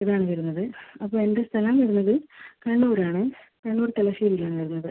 ഇതാണ് വരുന്നത് അപ്പോൾ എൻ്റെ സ്ഥലം വരുന്നത് കണ്ണൂരാണ് കണ്ണൂർ തലശ്ശേരിയിലാണ് വരുന്നത്